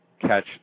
catch